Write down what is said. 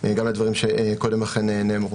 גם הדברים שקודם נאמרו.